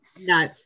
No